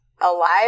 alive